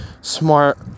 smart